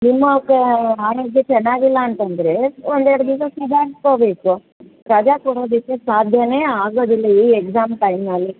ನಿಮ್ಮ ಆರೋಗ್ಯ ಚೆನ್ನಾಗಿಲ್ಲ ಅಂತಂದರೆ ಒಂದೆರಡು ದಿವಸ ಸುಧಾರ್ಸ್ಕೊಬೇಕು ರಜಾ ಕೊಡೋದಿಕ್ಕೆ ಸಾಧ್ಯನೇ ಆಗೋದಿಲ್ಲ ಈ ಎಕ್ಸಾಮ್ ಟೈಮಲ್ಲಿ